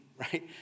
right